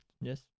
Yes